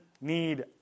need